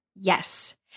Yes